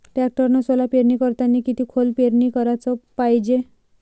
टॅक्टरनं सोला पेरनी करतांनी किती खोल पेरनी कराच पायजे?